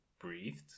breathed